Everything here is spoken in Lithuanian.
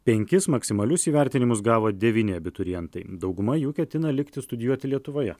penkis maksimalius įvertinimus gavo devyni abiturientai dauguma jų ketina likti studijuoti lietuvoje